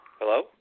Hello